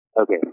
Okay